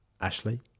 Ashley